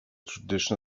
tradition